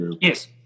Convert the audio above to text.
yes